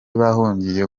bahungiye